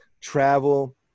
travel